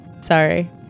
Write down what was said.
sorry